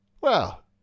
Well